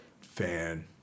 fan